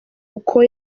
uko